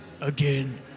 Again